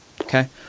Okay